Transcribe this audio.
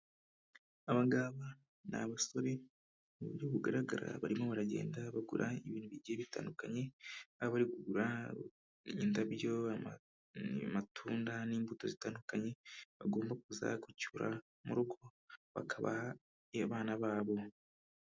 Abangaba ni abasore mu buryo bugaragara barimo baragenda bagura ibintu bigiye bitandukanye aho bari kugura indabyo, amatunda n'imbuto zitandukanye bagomba kuza gucyura mu rugo bakabaha abana babo.